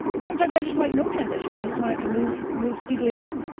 sometimes i just like no transition. i just want it to move move speedily along.